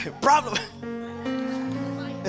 Problem